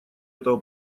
этого